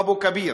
אבו-כביר,